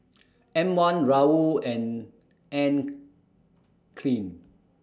M one Raoul and Anne Klein